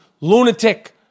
lunatic